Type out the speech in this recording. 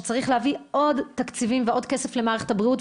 שצריך להביא עוד תקציבים ועוד כסף למערכת הבריאות,